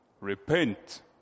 Repent